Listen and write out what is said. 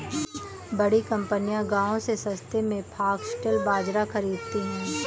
बड़ी कंपनियां गांव से सस्ते में फॉक्सटेल बाजरा खरीदती हैं